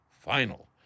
final